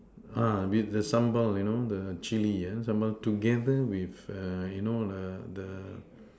with the sambal you know the Chilli sambal together with the you know the